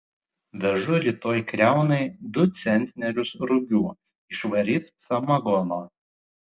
vežu rytoj kriaunai du centnerius rugių išvarys samagono